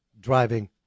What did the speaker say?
driving